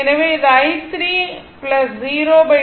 எனவே i3 010 ஆக இருக்கும்